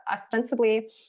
ostensibly